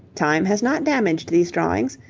time has not damaged these drawings,